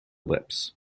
lips